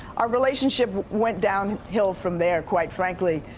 our relationship went downhill from there, quite frankly,